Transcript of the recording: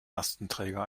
lastenträger